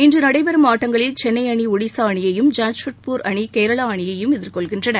இன்று நடைபெறும் ஆட்டங்களில் சென்னை அணி ஒடிஷா அணியையும் ஜாம்ஷெட்பூர் அணி கேரளா அணியையும் எதிர்கொள்கின்றன